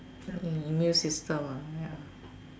immune system ya